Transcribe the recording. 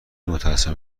متاسفم